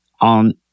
on